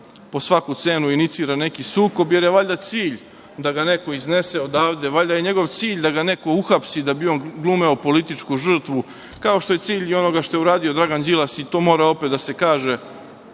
po svaku cenu inicira neki sukob, jer je valjda cilj da ga neko iznese odavde, valjda je njegov cilj da ga neko uhapsi da bi glumio političku žrtvu, kao što je cilj onoga što je uradio Dragan Đilas. To mora opet da se kaže,